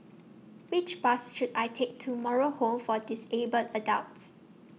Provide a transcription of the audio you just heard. Which Bus should I Take to Moral Home For Disabled Adults